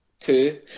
two